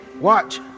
watch